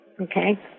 Okay